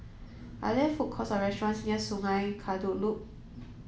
are there food courts or restaurants near Sungei Kadut Loop